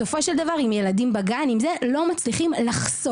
בסופו של דבר עם ילדים בגן וכל זה לא מצליחים לחסוך,